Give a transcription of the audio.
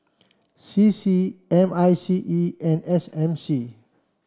C C M I C E and S M C